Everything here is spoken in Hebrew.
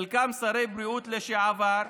חלקם שרי בריאות לשעבר.